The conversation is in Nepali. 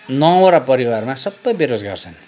नौवटा परिवारमा सबै बेरोजगार छन्